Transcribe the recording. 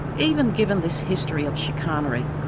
even given this history of chicanery,